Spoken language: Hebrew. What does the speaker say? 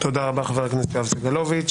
תודה רבה, חבר הכנסת יואב סגלוביץ.